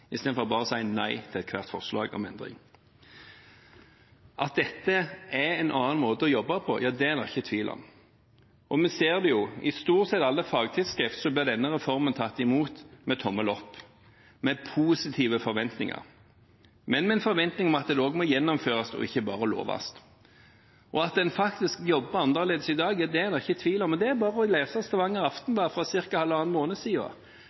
istedenfor bare å si nei til ethvert forslag om endring. At dette er en annen måte å jobbe på, er det ikke tvil om. Og vi ser det jo – i stort sett alle fagtidsskrifter blir denne reformen tatt imot med tommel opp, med positive forventninger, men med en forventning om at det også må gjennomføres, og ikke bare loves. At en faktisk jobber annerledes i dag, er det ikke tvil om. Det er bare å lese Stavanger Aftenblad fra for ca. halvannen måned